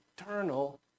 eternal